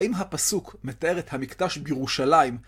אם הפסוק מתאר את המקדש בירושלים,